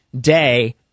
day